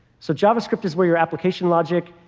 so javascript is where your application logic